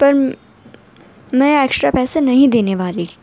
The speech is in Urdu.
پر میں ایکسٹرا پیسے نہیں دینے والی